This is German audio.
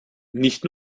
nicht